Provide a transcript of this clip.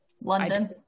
London